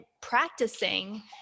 practicing